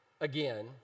again